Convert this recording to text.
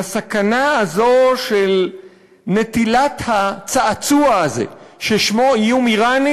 לסכנה הזאת של נטילת הצעצוע הזה ששמו "איום איראני"